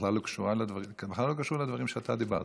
בכלל לא קשור לדברים שאתה אמרת.